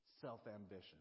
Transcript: Self-ambition